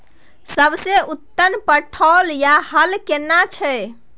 सबसे उत्तम पलौघ या हल केना हय?